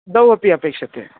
ओ अपि अपेक्ष्यते